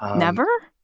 never.